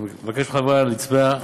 אני מבקש מחברי הכנסת להצביע,